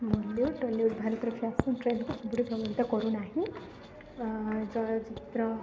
Bollywood Tollywood ଭାରତର fashion ଟ୍ରେଣ୍ଡକୁ ସବୁଠି ପ୍ରଭାବିତ କରୁ ନାହିଁ ଚଳଚ୍ଚିତ୍ର